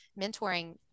mentoring